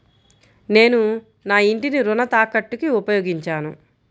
నేను నా ఇంటిని రుణ తాకట్టుకి ఉపయోగించాను